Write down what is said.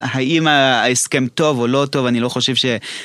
האם ההסכם טוב או לא טוב, אני לא חושב ש...